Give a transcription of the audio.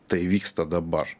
tai vyksta dabar